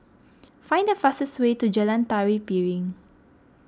find the fastest way to Jalan Tari Piring